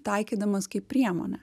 taikydamas kaip priemonę